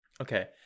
okay